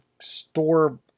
store